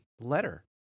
letter